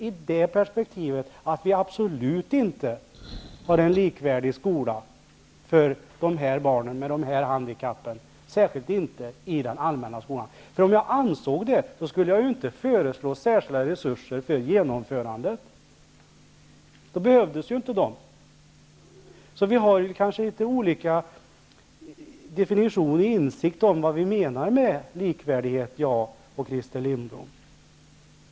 I det perspektivet tycker jag absolut inte att vi har en likvärdig skola för de barn som har de här handikappen, särskilt inte i den allmänna skolan. Om jag ansåg det skulle jag inte föreslå särskila resurser för genomförandet. Då behövdes inte de. Vi har kanske litet olika definitioner på vad vi menar med likvärdighet, jag och Christer Lindblom.